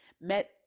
met